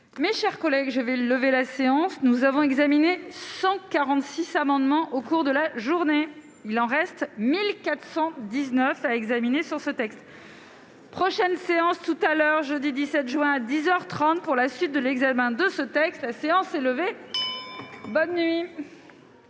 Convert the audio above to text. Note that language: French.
mes chers collègues, je vais lever la séance, nous avons examiné 146 amendements au cours de la journée, il en reste 1419 à examiner sur ce texte prochaine séance tout à l'heure, jeudi 17 juin 10 heures 30 pour la suite de l'examen de ce texte, la séance est levée, bonne nuit.